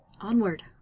Onward